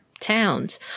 towns